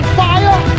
fire